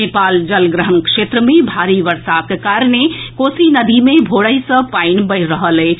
नेपाल जलग्रहण क्षेत्र मे भारी वर्षाक कारणे कोसी नदी मे भोर सँ पानि बढ़ि रहल अछि